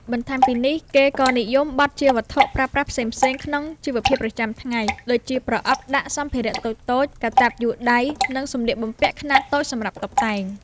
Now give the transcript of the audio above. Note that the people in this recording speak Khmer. បន្ថែមពីនេះ គេក៏និយមបត់ជាវត្ថុប្រើប្រាស់ផ្សេងៗក្នុងជីវភាពប្រចាំថ្ងៃ ដូចជាប្រអប់ដាក់សម្ភារៈតូចៗ កាតាបយួរដៃ និងសម្លៀកបំពាក់ខ្នាតតូចសម្រាប់តុបតែង។